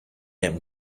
atm